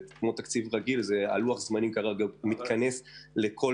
לוח הזמנים מתכנס לכך